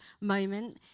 moment